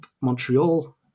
Montreal